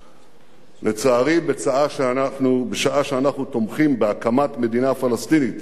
לצערי, בשעה שאנחנו תומכים בהקמת מדינה פלסטינית